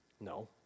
No